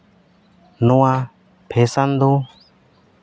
ᱱᱚᱣᱟ ᱯᱷᱮᱥᱮᱱ ᱫᱚ